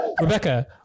Rebecca